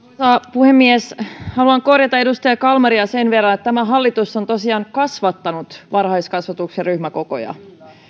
puhemies haluan korjata edustaja kalmaria sen verran että tämä hallitus on tosiaan kasvattanut varhaiskasvatuksen ryhmäkokoja